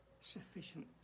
sufficient